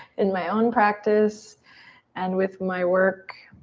in my own practice and with my work